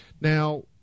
Now